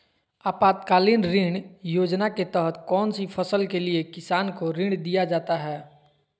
आपातकालीन ऋण योजना के तहत कौन सी फसल के लिए किसान को ऋण दीया जाता है?